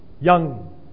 young